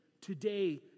today